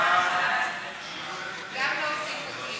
ההצעה להעביר את הצעת חוק